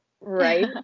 Right